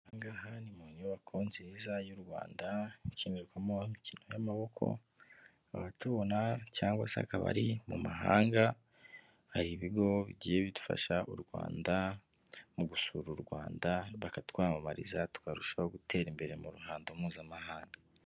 Aha nga ni mu nyubako nziza y'u Rwanda, ikinirwamo imikino y'amaboko, abatubona cyangwa se akaba mu mahanga, hari ibigo bigiye bifasha u Rwanda mu gusura u Rwanda bakatwamamariza, tukarushaho gutera imbere mu ruhando mpuzamahanga.